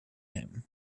him